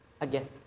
again